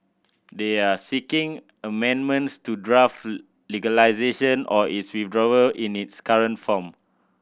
they are seeking amendments to draft legislation or its withdrawal in its current form